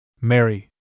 Mary